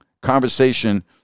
conversation